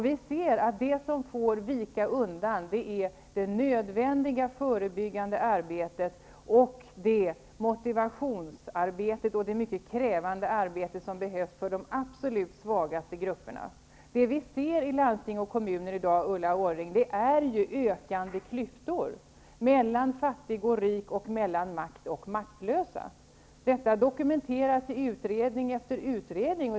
Vi ser att det som får vika undan är det nödvändiga förebyggande arbetet, motivationsarbetet och det mycket krävande arbete som behövs för de absolut svagaste grupperna. Det vi ser i landsting och kommuner i dag, Ulla Orring, är ökande klyftor mellan fattig och rik, mellan dem som har makt och de som är maktlösa. Detta dokumenteras i utredning efter utredning.